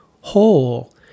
whole